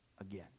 again